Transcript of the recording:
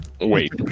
Wait